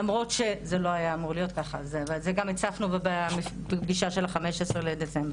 למרות שזה לא היה אמור להיות ככה וזה גם הצפנו בפגישה של ה-15 לדצמבר.